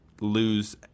lose